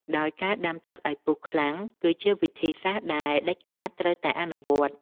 ដោយការដាំទឹកឱ្យពុះខ្លាំង គឺជាវិធីសាស្ត្រដែលដាច់ខាតត្រូវតែអនុវត្ត។